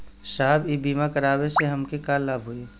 साहब इ बीमा करावे से हमके का लाभ होई?